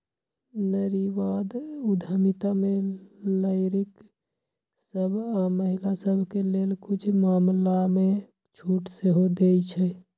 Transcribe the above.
नारीवाद उद्यमिता में लइरकि सभ आऽ महिला सभके लेल कुछ मामलामें छूट सेहो देँइ छै